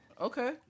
Okay